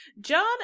John